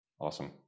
awesome